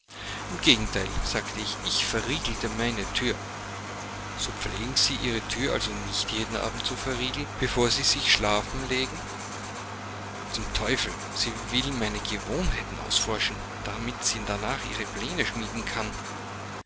im gegenteil sagte ich ich verriegelte meine thür so pflegen sie ihre thür also nicht jeden abend zu verriegeln bevor sie sich schlafen legen zum teufel sie will meine gewohnheiten ausforschen damit sie danach ihre pläne schmieden kann